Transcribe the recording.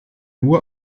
nur